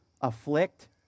afflict